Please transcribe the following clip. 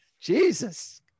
Jesus